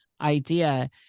idea